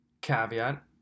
Caveat